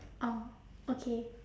oh okay